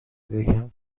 بگم